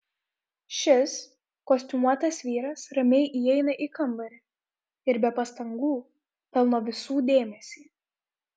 šis kostiumuotas vyras ramiai įeina į kambarį ir be pastangų pelno visų dėmesį